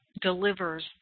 delivers